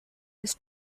has